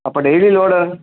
அப்போ daily load